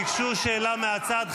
ביקשו שאלה מהצד,